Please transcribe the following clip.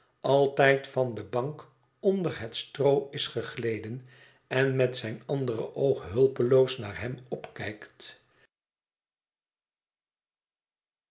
altijd van de bank onder het stroo is gegleden en met zijn ander oog hulpeloos naar hem opkijkt